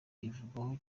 ivugwaho